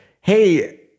Hey